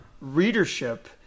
readership